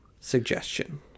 suggestion